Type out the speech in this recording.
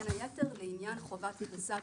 בין היתר לעניין חובת פריסת